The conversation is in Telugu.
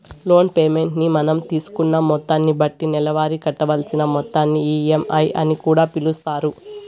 లోన్ పేమెంట్ ని మనం తీసుకున్న మొత్తాన్ని బట్టి నెలవారీ కట్టవలసిన మొత్తాన్ని ఈ.ఎం.ఐ అని కూడా పిలుస్తారు